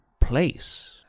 place